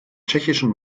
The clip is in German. tschechischen